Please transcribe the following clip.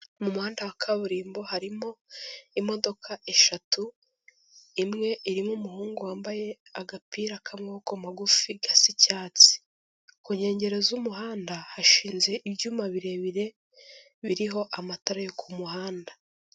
Mu muhanda wa kaburimbo harimo imodoka eshatu, imwe irimo umuhungu wambaye agapira k'amaboko magufi gasa icyatsi, ku nkengero z'umuhanda, hashinze ibyuma birebire biriho amatara yo ku kumuhanda.